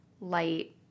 light